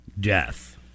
death